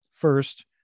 First